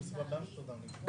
משפט המשפטים לא נמצאים פה כרגע,